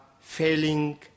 failing